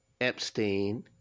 Epstein